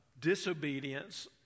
disobedience